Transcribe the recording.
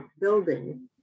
building